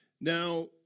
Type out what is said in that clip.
Now